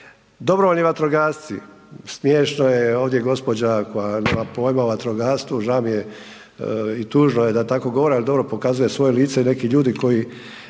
Dobrovoljni vatrogasci, smiješno je ovdje gospođa koja nema pojma o vatrogastvu, žao mi je i tužno je da tako govori, ali dobro pokazuje svoje lice. Neki ljudi koji